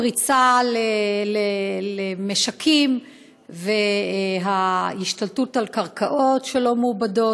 הפריצה למשקים וההשתלטות על קרקעות שלא מעובדות,